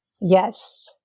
Yes